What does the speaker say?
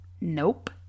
Nope